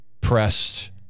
pressed